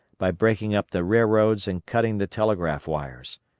by breaking up the railroads and cutting the telegraph wires.